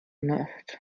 nacht